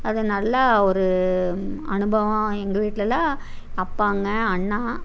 அது நல்ல ஒரு அனுபவம் எங்கள் வீட்டுலல்லாம் அப்பாங்க அண்ணா